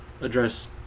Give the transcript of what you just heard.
address